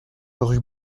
rue